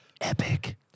epic